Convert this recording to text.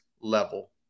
level